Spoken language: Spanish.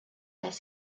las